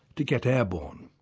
to get airborne.